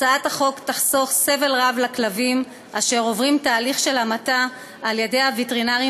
הצעת החוק תחסוך סבל רב של כלבים אשר עוברים תהליך המתה על-ידי הווטרינרים